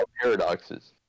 paradoxes